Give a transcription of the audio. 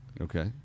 Okay